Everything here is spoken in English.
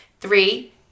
Three